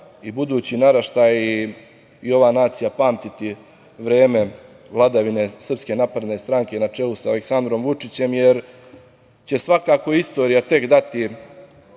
i budući naraštaji i ova nacija pamtiti vreme vladavine SNS, na čelu sa Aleksandrom Vučićem, jer će svakako istorija tek dati